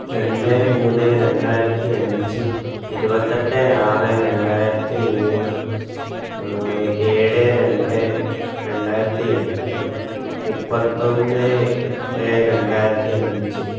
രണ്ട് മൂന്ന് രണ്ടായിരത്തി അഞ്ച് ഇരുപത്തി എട്ട് ആറ് രണ്ടായിരത്തി മൂന്ന് ഏഴ് രണ്ട് രണ്ടായിരത്തി എട്ട് മുപ്പത്തൊന്ന് എട്ട് രണ്ടായിരത്തി അഞ്ച്